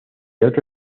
otro